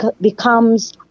becomes